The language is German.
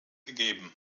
gegeben